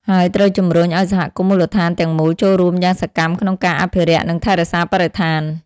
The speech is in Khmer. ហើយត្រូវជំរុញឱ្យសហគមន៍មូលដ្ឋានទាំងមូលចូលរួមយ៉ាងសកម្មក្នុងការអភិរក្ស និងថែរក្សាបរិស្ថាន។